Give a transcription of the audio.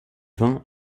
vin